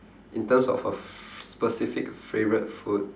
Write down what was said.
in terms of a specific favourite food